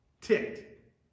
ticked